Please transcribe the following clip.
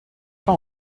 pas